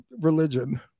religion